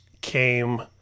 came